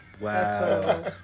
Wow